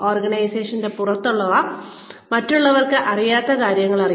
ഓർഗനൈസേഷൻന്റെ പുറത്തുള്ള മറ്റുള്ളവർക്ക് അറിയാത്ത കാര്യങ്ങൾ അറിയും